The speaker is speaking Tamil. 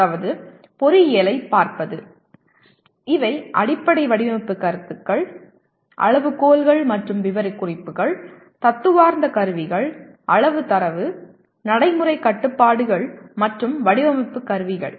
அதாவது பொறியியலைப் பார்ப்பது இவை அடிப்படை வடிவமைப்பு கருத்துக்கள் அளவுகோல்கள் மற்றும் விவரக்குறிப்புகள் தத்துவார்த்த கருவிகள் அளவு தரவு நடைமுறை கட்டுப்பாடுகள் மற்றும் வடிவமைப்பு கருவிகள்